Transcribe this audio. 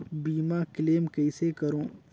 बीमा क्लेम कइसे करों?